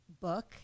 book